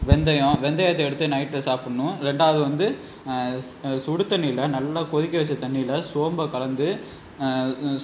வெந்தயம் வெந்தயத்தை எடுத்து நைட்டில் சாப்பிட்ணும் ரெண்டாவது வந்து சுடு தண்ணியில் நல்லா கொதிக்க வச்ச தண்ணியில் சோம்பை கலந்து